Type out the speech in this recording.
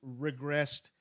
regressed